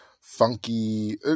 funky